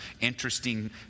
interesting